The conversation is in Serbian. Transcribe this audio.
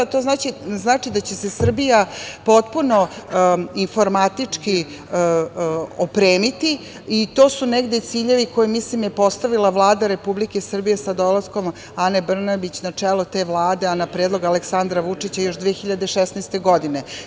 To znači da će se Srbija potpuno informatički opremiti i to su negde ciljevi koje mislim da je postavila Vlada Republike Srbije sa dolaskom Ane Brnabić na čelo te Vlade, a na predlog Aleksandra Vučića još 2016. godine.